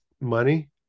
money